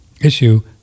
issue